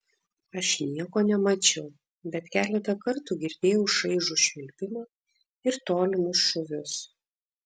aš nieko nemačiau bet keletą kartų girdėjau šaižų švilpimą ir tolimus šūvius